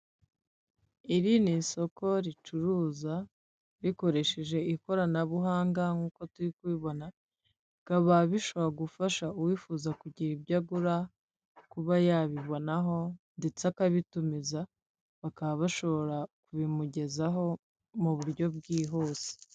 Iri ni isoko ricuruza rikoresheje ikoranabuhanga nk'uko turi kubibona, bikaba bishobora gufasha uwifuza kugira ibyo agura, kuba yabibonaho ndetse akabitumiza, bakaba bashobora kubimugezaho mu buryo bwihuse.